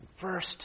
first